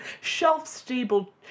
Shelf-stable